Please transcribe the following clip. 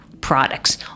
products